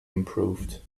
improved